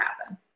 happen